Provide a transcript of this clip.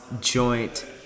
joint